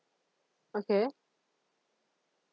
okay